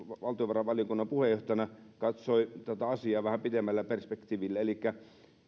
valtiovarainvaliokunnan puheenjohtajana katsoi tätä asiaa vähän pitemmällä perspektiivillä elikkä